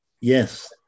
yes